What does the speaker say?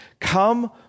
Come